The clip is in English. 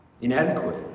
inadequate